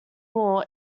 ball